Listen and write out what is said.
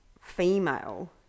female